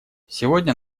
сегодня